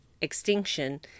Extinction